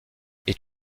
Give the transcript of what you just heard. est